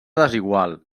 desigual